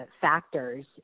factors